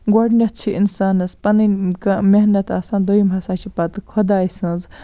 گۄڈنیٚتھ چھُ اِنسانَس پَنٕنۍ محنت آسان دٔیِم ہَسا چھِ پَتہٕ خۄداے سٕنٛز